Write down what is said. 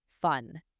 fun